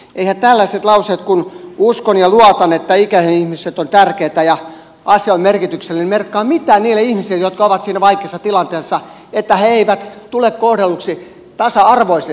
eiväthän tällaiset lauseet kuin uskon ja luotan että ikäihmiset ovat tärkeitä ja asia on merkityksellinen merkkaa mitään niille ihmisille jotka ovat siinä vaikeassa tilanteessa että he eivät tule kohdelluiksi tasa arvoisesti omaishoitajina